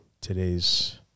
today's